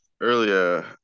earlier